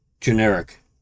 generic